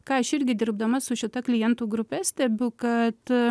ką aš irgi dirbdama su šita klientų grupe stebiu kad